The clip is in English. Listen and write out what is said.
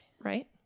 Right